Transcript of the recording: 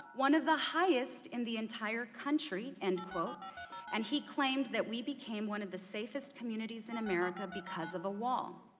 one of the heist in the entire country. and and he claims that we became one of the safest communities in america because of a wall.